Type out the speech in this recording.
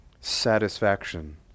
satisfaction